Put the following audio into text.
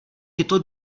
tyto